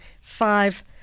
five